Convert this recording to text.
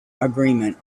agreement